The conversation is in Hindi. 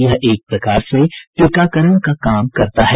यह एक प्रकार से टीकाकरण का काम करता है